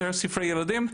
יותר ספרי ילדים,